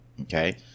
Okay